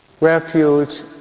refuge